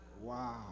Wow